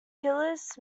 killers